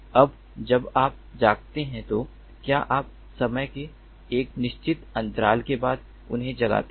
अब जब आप जागते हैं तो क्या आप समय के एक निश्चित अंतराल के बाद उन्हें जगाते हैं